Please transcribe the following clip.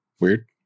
Weird